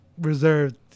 reserved